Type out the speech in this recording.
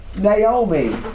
Naomi